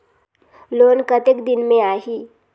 Loan कतेक दिन मे आही?